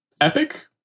epic